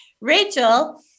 Rachel